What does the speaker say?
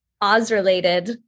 Oz-related